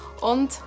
und